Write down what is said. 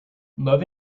love